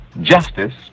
justice